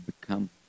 become